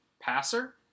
passer